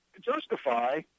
justify